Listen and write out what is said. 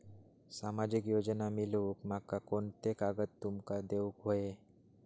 सामाजिक योजना मिलवूक माका कोनते कागद तुमका देऊक व्हये?